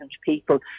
people